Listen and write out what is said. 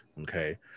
okay